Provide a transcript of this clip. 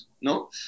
No